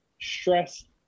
Stress